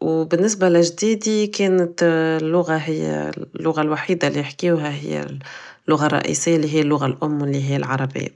و بالنسبة ل جدادي كانت اللغة هي اللغة الوحيدة اللي يحكيوها هي اللغة الرئيسية اللي هي اللغة الام و اللي هي العربية